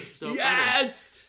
Yes